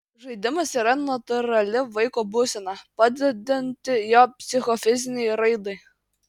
žaidimas yra natūrali vaiko būsena padedanti jo psichofizinei raidai